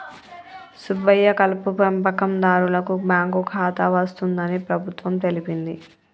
సుబ్బయ్య కలుపు పెంపకందారులకు బాంకు ఖాతా వస్తుందని ప్రభుత్వం తెలిపింది